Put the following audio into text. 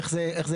איך זה יעבוד?